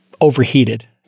overheated